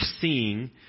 seeing